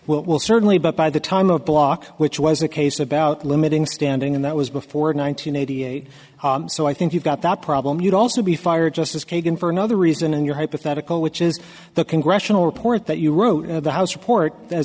facility will certainly but by the time of block which was a case about limiting standing in that was before nine hundred eighty eight so i think you've got that problem you'd also be fired justice kagan for another reason in your hypothetical which is the congressional report that you wrote the house report